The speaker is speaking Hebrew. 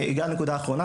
אני אגע בנקודה אחרונה,